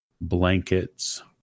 blankets